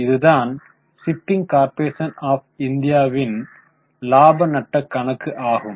இதுதான் shipping corporation of இந்தியாவின் இலாப நட்டக் கணக்கு ஆகும்